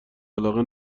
علاقه